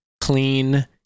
clean